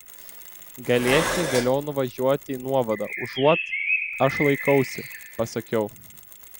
galėsi vėliau nuvažiuoti į nuovadą užuot aš laikausi pasakiau